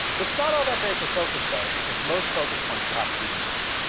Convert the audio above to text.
it's not all that great for focus, though, because most focus points will have to be unique.